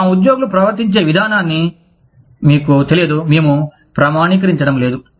మా ఉద్యోగులు ప్రవర్తించే విధానాన్ని మీకు తెలియదు మేము ప్రామాణీకరించడం లేదు